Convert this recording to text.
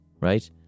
right